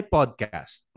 Podcast